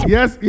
Yes